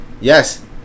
Yes